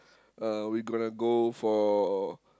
uh we gonna for